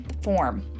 form